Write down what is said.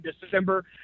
December